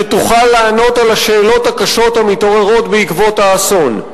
שתוכל לענות על השאלות הקשות המתעוררות בעקבות האסון.